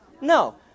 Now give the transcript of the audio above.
no